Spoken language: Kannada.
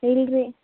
ಇಲ್ಲರಿ